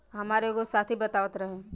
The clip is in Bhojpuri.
हामार एगो साथी बतावत रहे